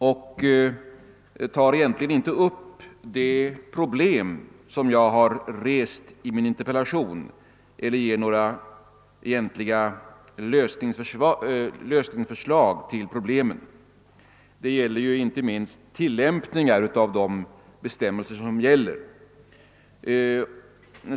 Det tar egentligen inte upp de problem som jag har rest i min interpellation och ger inte några egentliga förslag till lösning av problemen. Detta gäller inte minst tillämpningar av de bestämmelser som finns.